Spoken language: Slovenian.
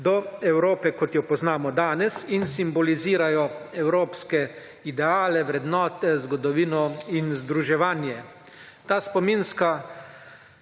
do Evrope kot jo poznamo danes in simbolizirajo evropske ideale, vrednote, zgodovino in združevanje. Ta spominska